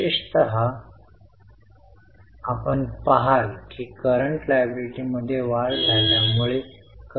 विशेषतः आपण पहाल की करंट लायबिलिटीमध्ये वाढ झाल्यामुळे करंट रेशो कमी होत आहे